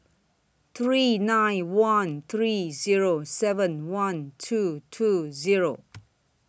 three nine one three Zero seven one two two Zero